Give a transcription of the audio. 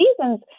seasons